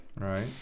right